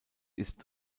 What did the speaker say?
ist